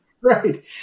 Right